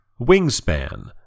Wingspan